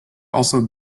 also